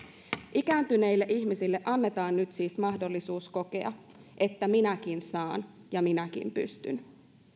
ikääntyneille ihmisille annetaan nyt siis mahdollisuus kokea että minäkin saan ja minäkin pystyn